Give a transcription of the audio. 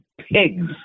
pigs